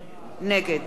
יעקב אדרי,